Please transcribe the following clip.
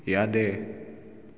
ꯌꯥꯗꯦ